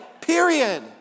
period